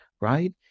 right